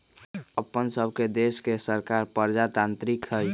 अप्पन सभके देश के सरकार प्रजातान्त्रिक हइ